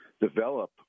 develop